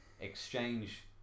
exchange